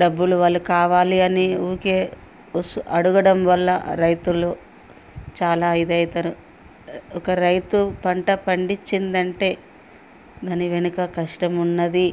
డబ్బులు వాళ్ళు కావాలి అని ఊరికే వస్తు అడగడం వల్ల రైతులు చాలా ఇదైతారు ఒక రైతు పంట పండించిందంటే దాని వెనుక కష్టం ఉన్నది